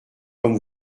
comme